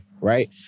right